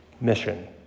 mission